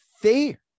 fair